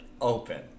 open